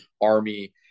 Army